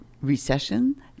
recession